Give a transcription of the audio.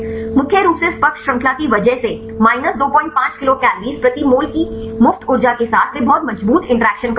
मुख्य रूप से इस पक्ष श्रृंखला की वजह से 25 किलोकल प्रति मोल की मुफ्त ऊर्जा के साथ वे बहुत मजबूत इंटरैक्शन कर रहे हैं